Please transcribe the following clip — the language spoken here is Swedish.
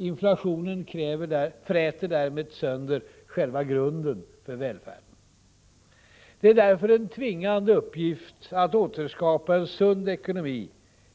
Inflationen fräter därmed sönder själva grunden för välfärden. Det är därför en tvingande uppgift att återskapa en sund ekonomi